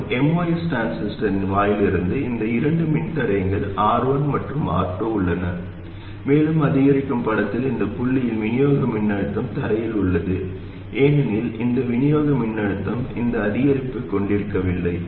மற்றும் MOS டிரான்சிஸ்டரின் வாயிலில் இருந்து இந்த இரண்டு மின்தடையங்கள் R1 மற்றும் R2 உள்ளன மேலும் அதிகரிக்கும் படத்தில் இந்த புள்ளியில் விநியோக மின்னழுத்தமும் தரையில் உள்ளது ஏனெனில் இந்த விநியோக மின்னழுத்தம் எந்த அதிகரிப்பையும் கொண்டிருக்கவில்லை